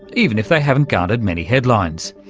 even if they haven't garnered many headlines.